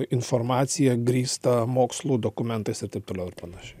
informaciją grįstą mokslu dokumentais ir taip toliau ir panašiai